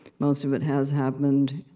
most of it has happened,